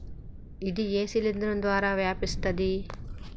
ఇది ఏ శిలింద్రం ద్వారా వ్యాపిస్తది?